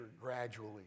gradually